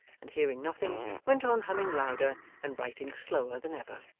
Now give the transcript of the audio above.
and hearing nothing, went on humming louder, and writing slower than ever.